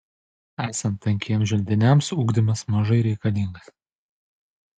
esant tankiems želdiniams ugdymas mažai reikalingas